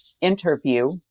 interview